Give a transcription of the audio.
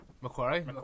Macquarie